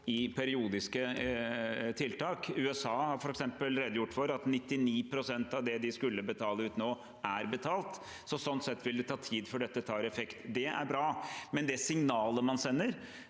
i periodiske tiltak. USA har f.eks. redegjort for at 99 pst. av det de skulle betale ut nå, er betalt. Sånn sett vil det ta tid før dette tar effekt. Det er bra, men det signalet man sender